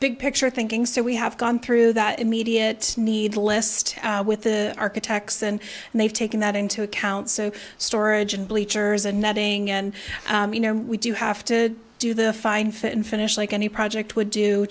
big picture thinking so we have gone through that immediate need lest with the architects then and they've taken that into account so storage and bleachers and netting and we do have to do the fine fit and finish like any project would do